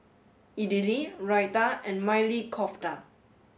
Idili Raita and Maili Kofta